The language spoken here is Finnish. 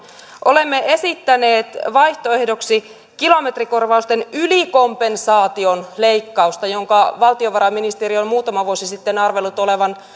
olemme esittäneet vaihtoehdoksi kilometrikorvausten ylikompensaation leikkausta jonka valtiovarainministeriö on muutama vuosi sitten arvellut olevan